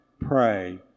pray